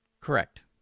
Correct